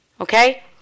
Okay